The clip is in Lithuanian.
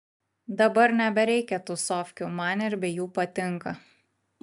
dabar nebereikia tūsovkių man ir be jų patinka